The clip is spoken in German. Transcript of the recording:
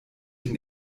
den